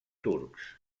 turcs